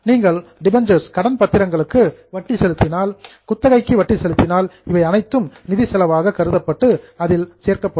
நீங்கள் டிபஞ்சர்ஸ் கடன் பத்திரங்களுக்கு வட்டி செலுத்தினால் லீஸ் குத்தகைக்கு வட்டி செலுத்தினால் இவை அனைத்தும் நிதி செலவாக கன்சிடர்டு கருதப்பட்டு அதில் இன்கிளுடெட் சேர்க்கப்படும்